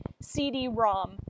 CD-ROM